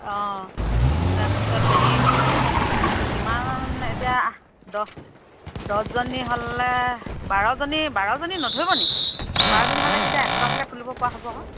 অঁ তাৰপিছত হেৰি কিমান এতিয়া দহ দহজনী হ'লে বাৰজনী বাৰজনী নধৰিব নেকি বাৰজনী হ'লে তেতিয়া এশ টকাকে তুলিব পৰা হ'ব আকৌ